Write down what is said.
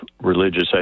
religious